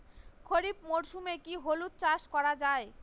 খরিফ মরশুমে কি হলুদ চাস করা য়ায়?